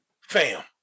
fam